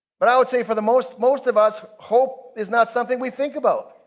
but i would say for the most most of us, hope is not something we think about.